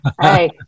Hey